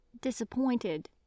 disappointed